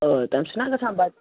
اَوا تَمہِ سۭتۍ چھُنا گَژھان بَچہٕ